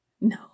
No